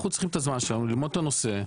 אנחנו צריכים את הזמן שלנו ללמוד את הנושא,